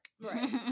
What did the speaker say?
Right